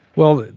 well,